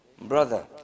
brother